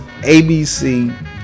ABC